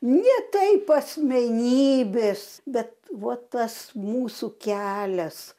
ne taip asmenybės bet va tas mūsų kelias